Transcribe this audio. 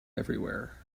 everywhere